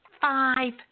Five